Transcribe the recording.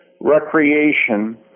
recreation